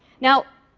now,